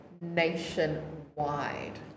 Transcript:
nationwide